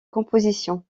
composition